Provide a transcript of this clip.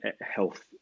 health